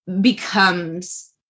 becomes